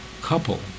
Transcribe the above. couple